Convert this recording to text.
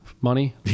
money